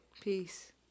Peace